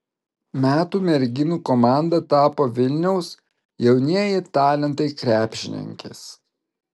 metų merginų komanda tapo vilniaus jaunieji talentai krepšininkės